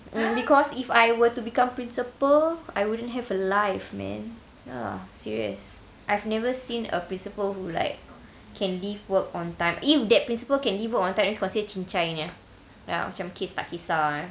no because if I were to become principal I wouldn't have a life man ya serious I've never seen a principal who like can leave work on time if that principal can leave work on time it's considered cincai punya ya macam kesah tak kesah jer